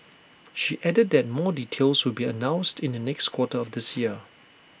she added that more details will be announced in the next quarter of this year